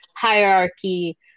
hierarchy